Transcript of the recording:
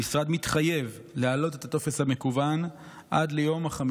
המשרד מתחייב להעלות את הטופס המקוון עד ליום 5